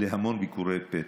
להמון ביקורי פתע.